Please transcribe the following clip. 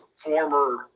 former